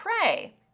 pray